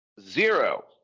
zero